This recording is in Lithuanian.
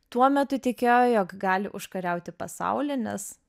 tuo metu tikėjo jog gali užkariauti pasaulį nes